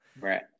Right